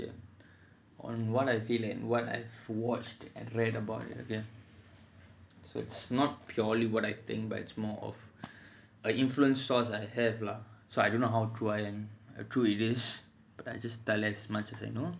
on what I feel and what I've watched and read about it okay so it's not purely what I think but it's more of an influence source I have lah so I don't know how true I am uh how true it is so I just tell as much as I know